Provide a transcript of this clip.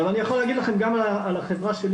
עכשיו אני יכול להגיד לכם גם על החברה שלי